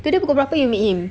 tadi pukul berapa you meet him